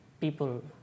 people